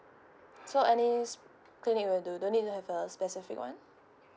so any clinic will do don't need to have a specific one